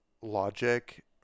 logic